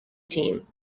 team